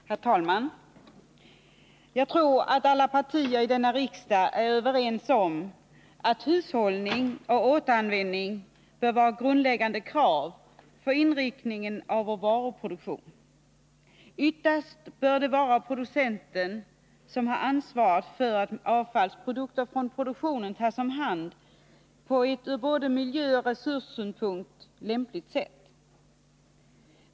Herr talman! Jag tror att alla partier i denna riksdag är överens om att hushållning och återanvändning bör vara grundläggande krav på inriktningen av vår varuproduktion. Ytterst bör det vara producenten som har ansvaret för att avfallsprodukter från produktionen tas om hand på ett från både miljöoch resurssynpunkt lämpligt sätt.